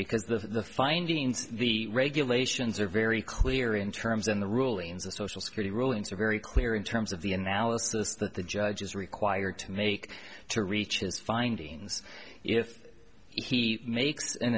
because the findings of the regulations are very clear in terms of the rulings of social security rulings are very clear in terms of the analysis that the judge is required to make to reach his findings if he makes an